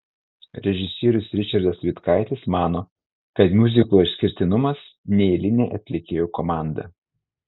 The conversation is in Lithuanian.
režisierius ričardas vitkaitis mano kad miuziklo išskirtinumas neeilinė atlikėjų komanda